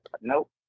nope